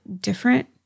different